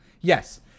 Yes